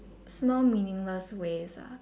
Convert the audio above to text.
small meaningless ways ah